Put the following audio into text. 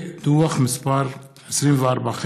דוח מס' 24,